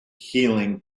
healing